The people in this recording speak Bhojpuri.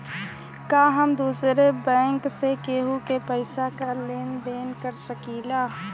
का हम दूसरे बैंक से केहू के पैसा क लेन देन कर सकिला?